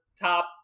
top